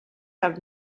have